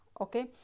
okay